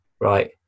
right